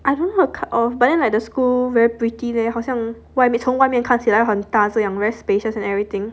I don't know how the cut off but then like the school very pretty leh 好像外面从外面看起来很大这样 very spacious and everything